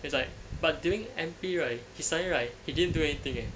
that's right but during M_P right he suddenly right he didn't do anything eh